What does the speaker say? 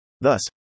thus